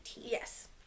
Yes